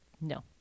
No